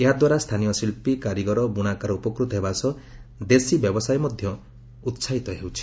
ଏହା ଦ୍ୱାରା ସ୍ଥାନୀୟ ଶିଳ୍ପୀ କାରିଗର ବୁଣାକାର ଉପକୃତ ହେବା ସହ ଦେଶୀ ବ୍ୟବସାୟ ମଧ୍ୟ ଉତ୍ସାହିତ ହେଉଛି